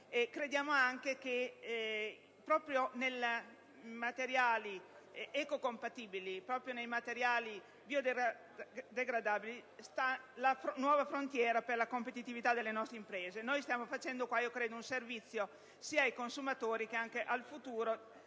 crediamo anche che proprio nei materiali ecocompatibili, biodegradabili stia la nuova frontiera per la competitività delle nostre imprese. Qui stiamo facendo un servizio sia ai consumatori che al futuro